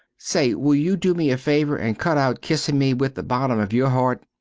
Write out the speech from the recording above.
say will you do me a faver and cut out kissin me with the bottom of your heart?